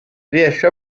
riesce